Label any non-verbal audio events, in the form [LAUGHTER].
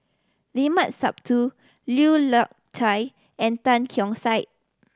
Limat Sabtu Lui [UNINTELLIGIBLE] and Tan Keong Saik